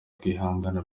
kwihangana